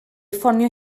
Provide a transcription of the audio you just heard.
ffonio